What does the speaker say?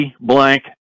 Blank